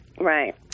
Right